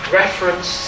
reference